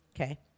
okay